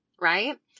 right